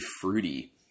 fruity